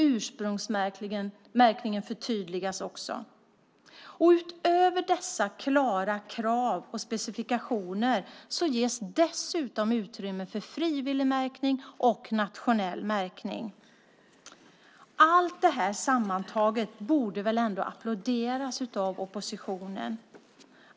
Ursprungsmärkningen förtydligas också. Utöver dessa klara krav på specifikationer ges dessutom utrymme för frivillig märkning och nationell märkning. Allt detta sammantaget borde väl ändå applåderas av oppositionen.